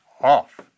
off